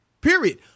Period